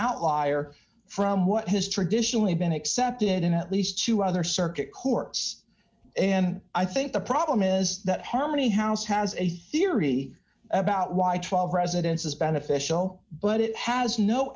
outlier from what has traditionally been accepted in at least two other circuit courts and i think the problem is that harmony house has a theory about why twelve residence is beneficial but it has no